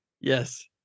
Yes